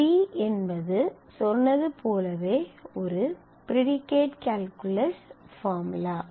p என்பது சொன்னது போலவே ஒரு ப்ரீடிகேட் கால்குலஸ் பார்முலா